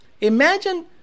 Imagine